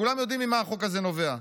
כולם יודעים ממה החוק הזה נובע.